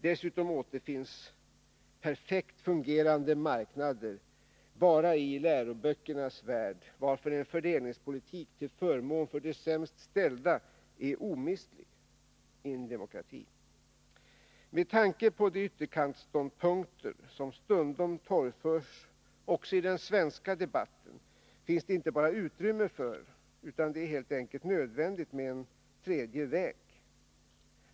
Dessutom återfinns perfekt fungerande marknader endast i läroböckernas värld, varför en fördelningspolitik till förmån för de sämst ställda är omistlig i en demokrati. Med tanke på de ytterkantsståndpunkter som stundom torgförs också i den svenska debatten finns det inte bara utrymme för utan det är helt enkelt nödvändigt med en tredje väg.